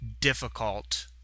difficult